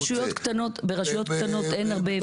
ברשויות קטנות אין הרבה הבדל.